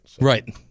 Right